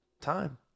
time